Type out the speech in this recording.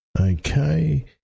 Okay